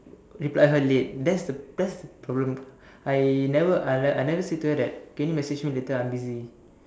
reply her late that's that's the problem I never like I never say to her can you message me later I'm busy